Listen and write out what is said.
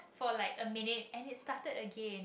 for like a minute and it started again